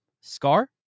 Scar